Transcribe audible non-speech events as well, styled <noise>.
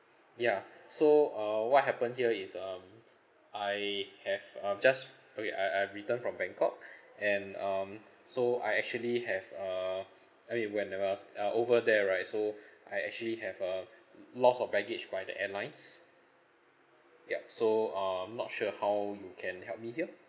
ya <breath> so uh what happened here is um I have um just okay I've I've returned from bangkok <breath> and um <breath> so I actually have uh <breath> I mean when I was uh over there right so <breath> I actually have uh <breath> loss of baggage by the airlines yup so I'm not sure how you can help me here